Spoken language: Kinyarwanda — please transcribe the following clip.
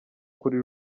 kuri